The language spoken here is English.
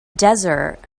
desert